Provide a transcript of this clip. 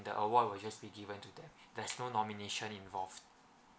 the award will just be given to them there's no nomination involved